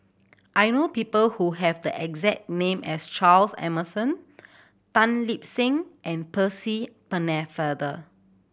I know people who have the exact name as Charles Emmerson Tan Lip Seng and Percy Pennefather